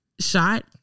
shot